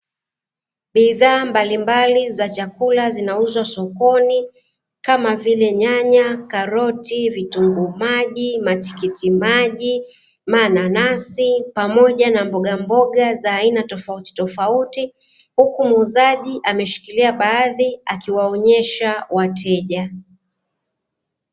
Bidhaa mbalimbali za chakula zinauzwa sokoni kama vile nyanya, karoti, vitunguu maji, matikitimaji, mananasi, pamoja na mbogamboga za aina tofautitofauti. Huku muuzaji ameshikilia baadhi akiwaonesha wateja.